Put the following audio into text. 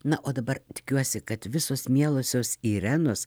na o dabar tikiuosi kad visos mielosios irenos